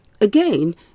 Again